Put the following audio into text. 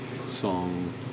song